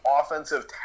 offensive